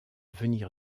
venir